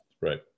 right